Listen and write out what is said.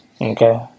Okay